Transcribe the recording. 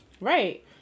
Right